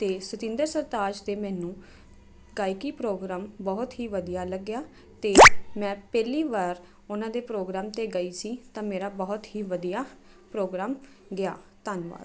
ਅਤੇ ਸਤਿੰਦਰ ਸਰਤਾਜ ਦੇ ਮੈਨੂੰ ਗਾਇਕੀ ਪ੍ਰੋਗਰਾਮ ਬਹੁਤ ਹੀ ਵਧੀਆ ਲੱਗਿਆ ਅਤੇ ਮੈਂ ਪਹਿਲੀ ਵਾਰ ਉਹਨਾਂ ਦੇ ਪ੍ਰੋਗਰਾਮ 'ਤੇ ਗਈ ਸੀ ਤਾਂ ਮੇਰਾ ਬਹੁਤ ਹੀ ਵਧੀਆ ਪ੍ਰੋਗਰਾਮ ਗਿਆ ਧੰਨਵਾਦ